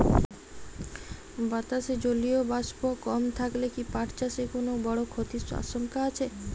বাতাসে জলীয় বাষ্প কম থাকলে কি পাট চাষে কোনো বড় ক্ষতির আশঙ্কা আছে?